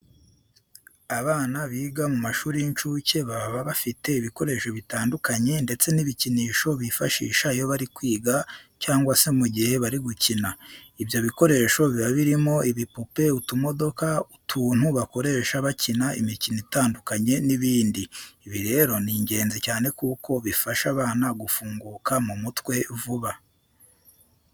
Abana biga mu mashuri y'incuke baba bafite ibikoresho bitandukanye ndetse n'ibikinisho bifashisha iyo bari kwiga cyangwa se mu gihe bari gukina. Ibyo bikoresho biba birimo, ibipupe, utumodoka, utuntu bakoresha bakina imikino itandukanye n'ibindi. Ibi rero ni ingenzi cyane kuko bifasha abana gufunguka mu mutwe vuba.